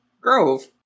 Grove